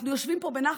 אנחנו יושבים פה בנחת.